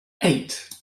eight